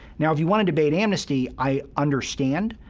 now, if you want to debate amnesty, i understand.